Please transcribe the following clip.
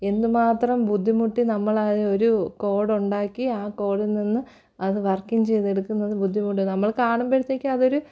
എന്തുമാത്രം ബുദ്ധിമുട്ടി നമ്മള് ഒരു കോഡുണ്ടാക്കി ആ കോഡിൽ നിന്ന് അത് വർക്കിംഗ് ചെയ്ത് എടുക്കുന്നത് ബുദ്ധിമുട്ട് നമ്മൾ കാണുമ്പോഴത്തേക്ക് അതൊരു